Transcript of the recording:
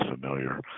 familiar